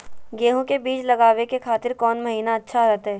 गेहूं के बीज लगावे के खातिर कौन महीना अच्छा रहतय?